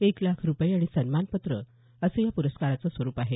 एक लाख रूपये आणि सन्मानपत्र असं या पुरस्काराचं स्वरूप आहे